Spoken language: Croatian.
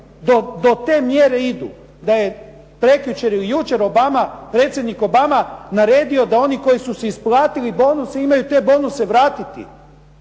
Do te mjere idu da je prekjučer ili jučer Obama, predsjednik Obama naredio da oni koji su si isplatili bonuse imaju te bonuse vratiti.